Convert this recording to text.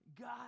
God